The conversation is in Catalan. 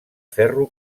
ferro